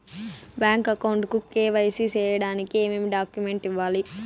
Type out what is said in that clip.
Bank account కు KYC సేయడానికి ఏమేమి డాక్యుమెంట్ ఇవ్వాలి?